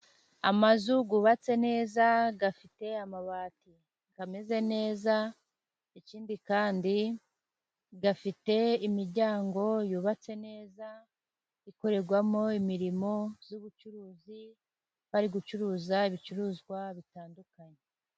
amazu yubatse neza afite amabati ameze neza, ikindi kandi afite imiryango yubatse neza ikorerwamo imirimo y'ubucuruzi, bari gucuruza ibicuruzwa bitandukanye.